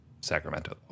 Sacramento